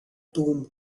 tomb